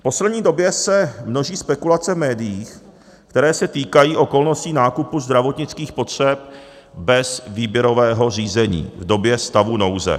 V poslední době se množí spekulace v médiích, které se týkají okolností nákupu zdravotnických potřeb bez výběrového řízení v době stavu nouze.